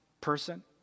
person